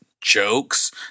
jokes